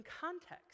context